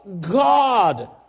God